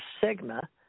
sigma